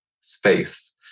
space